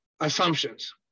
assumptions